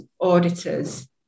auditors